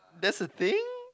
that's a thing